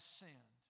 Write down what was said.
sinned